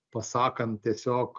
pasakant tiesiog